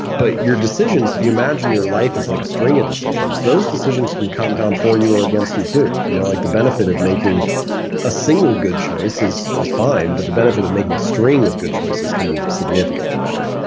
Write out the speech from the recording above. but your decisions, if you imagine your life is like a string of decisions, those decisions can compound for you or against you too you know like the benefit of making a single good choice is is fine, but the benefit of making a string of good choices can be significantly better.